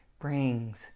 brings